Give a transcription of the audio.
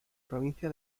provincia